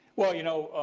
well, you know,